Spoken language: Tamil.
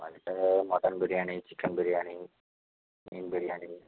நம்ம கிட்டக்க மட்டன் பிரியாணி சிக்கன் பிரியாணி மீன் பிரியாணி